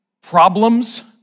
problems